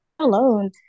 alone